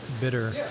bitter